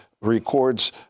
records